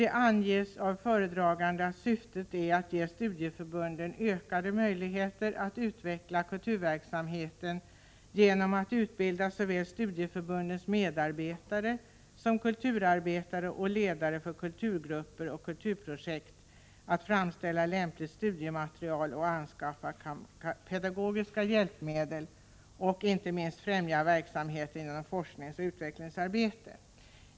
Det anges av föredraganden att syftet är att ge studieförbunden ökade möjligheter att utveckla kulturverksamheten genom att utbilda såväl studieförbundens medarbetare som kulturarbetare och ledare för kulturgrupper och kulturprojekt, att framställa lämpligt studiematerial och anskaffa pedagogiska hjälpmedel samt inte minst att främja verksamheten genom forskning och utvecklingsarbete.